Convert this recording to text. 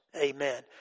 Amen